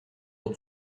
ont